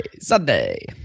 Sunday